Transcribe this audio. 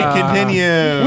continue